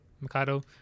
mikado